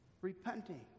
repenting